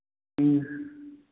ह्म्म